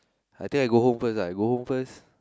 I think I go home first lah I go home first